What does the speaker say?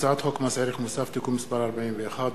הצעת חוק מס ערך מוסף (תיקון מס' 41),